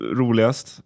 roligast